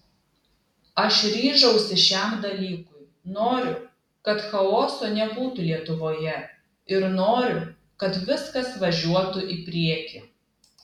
aš ryžausi šiam dalykui noriu kad chaoso nebūtų lietuvoje ir noriu kad viskas važiuotų į priekį